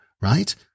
right